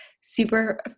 super